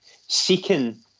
seeking